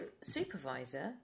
supervisor